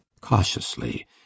cautiously